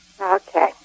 Okay